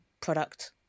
product